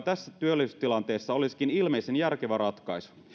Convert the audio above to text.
tässä työllisyystilanteessa olisikin ilmeisen järkevä ratkaisu